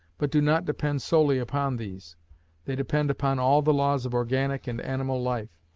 but do not depend solely upon these they depend upon all the laws of organic and animal life,